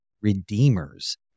redeemers